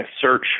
search